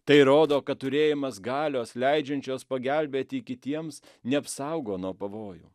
tai rodo kad turėjimas galios leidžiančios pagelbėti kitiems neapsaugo nuo pavojų